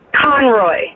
Conroy